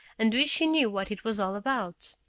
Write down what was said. and wished he knew what it was all about.